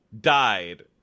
died